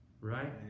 Right